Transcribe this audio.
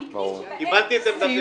במקרים שבהם --- בסדר,